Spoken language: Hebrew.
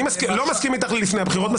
אני לא מסכים איתך על לפני הבחירות.